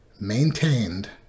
maintained